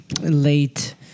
late